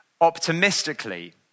optimistically